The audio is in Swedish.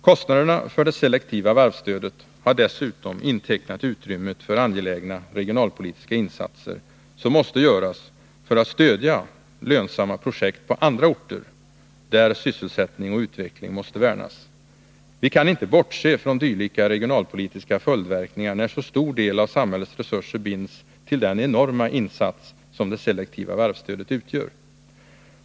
Kostnaderna för det selektiva varvsstödet har dessutom intecknat utrymmet för angelägna regionalpolitiska insatser som måste göras för att stödja lönsamma projekt på andra orter, där sysselsättning och utveckling måste värnas. Vi kan inte bortse från dylika regionalpolitiska följdverkningar när så stor del av samhällets resurser binds till den enorma insats som det selektiva varvsstödet utgör.